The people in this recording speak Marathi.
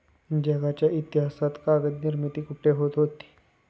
जगाच्या इतिहासात कागद निर्मिती कुठे होत होती?